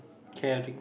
caring